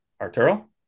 Arturo